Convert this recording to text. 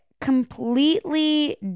completely